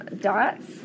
dots